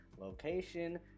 location